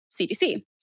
CDC